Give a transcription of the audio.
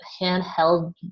handheld